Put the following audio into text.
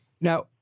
Now